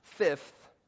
fifth